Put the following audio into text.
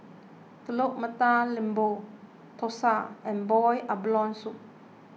Telur Mata Lembu Thosai and Boiled Abalone Soup